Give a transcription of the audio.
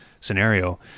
scenario